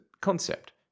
concept